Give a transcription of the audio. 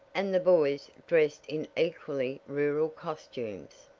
and the boys dressed in equally rural costumes.